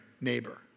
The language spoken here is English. neighbor